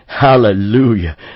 hallelujah